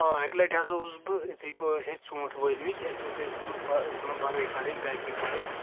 اکہِ لٹہِ ہَسا اوسُس بہٕ اتھٕے پیٹھ ٲسۍ اسہِ ژوٗنٹھۍ وٲلمٕتۍ اسہِ ہَسا ٲسۍ تِم تِمن بَرٲے کرٕنۍ پیکنگ کرٕنۍ